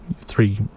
three